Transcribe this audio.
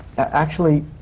actually,